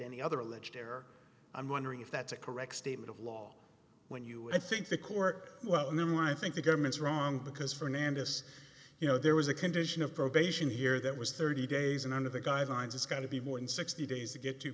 any other alleged error i'm wondering if that's a correct statement of law when you and i think the court and then i think the government's wrong because fernandes you know there was a condition of probation here that was thirty days and under the guidelines it's got to be more than sixty days to get two